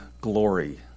glory